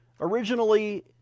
originally